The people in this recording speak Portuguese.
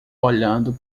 olhando